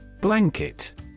Blanket